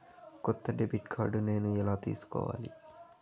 కొత్త debit card నేను ఎలా తీసుకోవాలి?